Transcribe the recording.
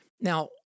Now